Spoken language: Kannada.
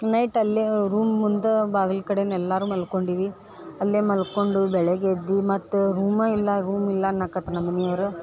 ನೈಟ್ ಅಲ್ಲೇ ರೂಮ್ ಮುಂದೆ ಬಾಗ್ಲ ಕಡೆನೇ ಎಲ್ಲರೂ ಮಲ್ಕೊಂಡ್ವಿ ಅಲ್ಲೇ ಮಲ್ಕೊಂಡು ಬೆಳಗ್ಗೆ ಎದ್ದು ಮತ್ತೆ ರೂಮ ಇಲ್ಲ ರೂಮ್ ಇಲ್ಲ ಅನ್ನಕತ್ತು ನಮ್ಮ ಮನಿಯವ್ರು